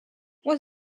was